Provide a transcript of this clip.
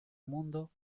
mundo